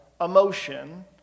emotion